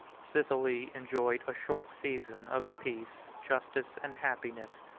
sicily enjoyed a short season of peace, justice, and happiness,